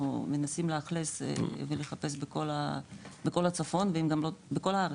אנחנו מנסים לאכלס ולחפש בכל הצפון ובכל הארץ,